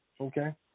Okay